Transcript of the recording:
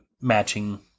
Matching